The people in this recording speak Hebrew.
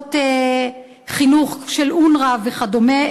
מוסדות חינוך של אונר"א וכדומה.